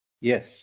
Yes